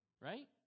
Right